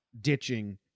ditching